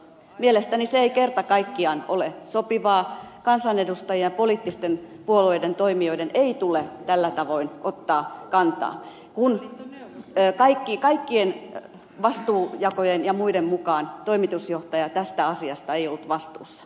mielestäni se ei kerta kaikkiaan ole sopivaa kansanedustajien ja poliittisten puolueiden toimijoiden ei tule tällä tavoin ottaa kantaa kun kaikkien vastuujakojen ja muiden mukaan toimitusjohtaja tästä asiasta ei ollut vastuussa